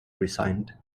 resigned